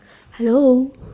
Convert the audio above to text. hello